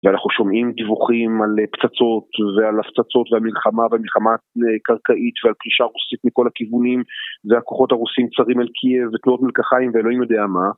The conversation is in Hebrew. ואנחנו שומעים דיווחים על פצצות ועל הפצצות ועל מלחמה, ועל מלחמה קרקעית, ועל פלישה רוסית מכל הכיוונים, והכוחות הרוסים צרים אל קייב, ותנועות מלקחיים, ואלוהים יודע מה